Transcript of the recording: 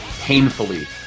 painfully